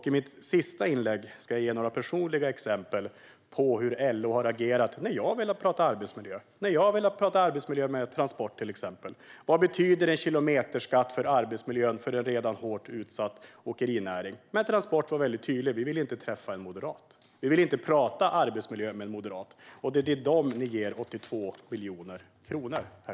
I mitt sista inlägg ska jag ge några personliga exempel på hur LO har agerat när jag har velat tala om arbetsmiljö, till exempel med Transport om vad en kilometerskatt betyder för arbetsmiljön för en redan hårt utsatt åkerinäring. Men Transport var väldigt tydliga med att de inte vill träffa en moderat och tala om arbetsmiljö med en moderat, och det är till dem ni ger 82 miljoner kronor.